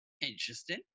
Interesting